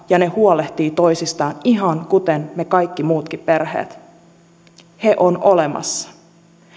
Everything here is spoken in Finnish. ja he huolehtivat toisistaan ihan kuten me kaikki muutkin perheissämme he ovat olemassa